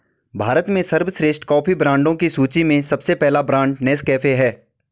भारत में सर्वश्रेष्ठ कॉफी ब्रांडों की सूची में सबसे पहला ब्रांड नेस्कैफे है